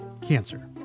cancer